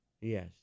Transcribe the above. yes